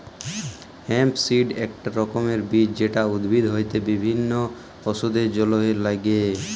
hemp seed এক রকমের বীজ যেটা উদ্ভিদ হইতে বিভিল্য ওষুধের জলহে লাগ্যে